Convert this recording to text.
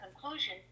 conclusion